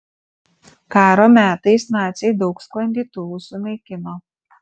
karo metais naciai daug sklandytuvų sunaikino